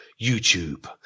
YouTube